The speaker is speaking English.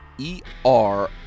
E-R